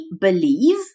believe